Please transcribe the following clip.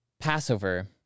Passover